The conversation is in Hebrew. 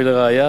ולראיה,